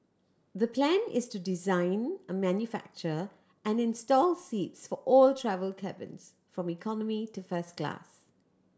the plan is to design a manufacture and install seats for all travel cabins from economy to first class